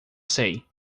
sei